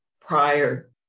prior